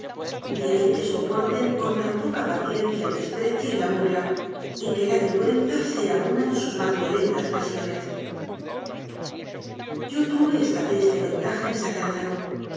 de ahí que soporten con tan poca paciencia el desprecio y la burla y que la vergüenza sea una de sus más violentas pasiones yo tuve esta triste ventaja en san lázaro